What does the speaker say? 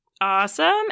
Awesome